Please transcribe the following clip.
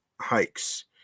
hikes